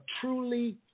truly